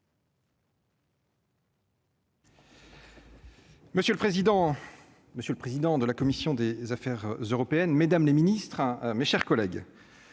monsieur le président de la commission des Affaires européennes, mesdames les ministres, hein, mes chers collègues,